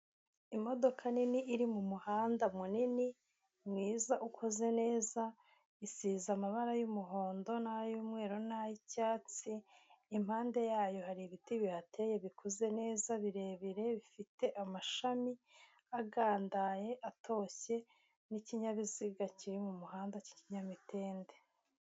Imodoka nini iri mu muhanda munini mwiza ukoze neza isize amabara y'umuhondo n'ay'umweru n'ay'icyatsi, impande yayo hari ibiti bihateye bikuze neza birebire bifite amashami agandaye atoshye, n'ikinyabiziga kiri mu muhanda cy'ikinyamitende.